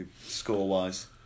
score-wise